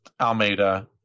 Almeida